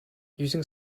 using